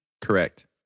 Correct